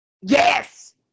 Yes